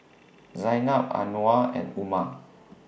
Zaynab Anuar and Umar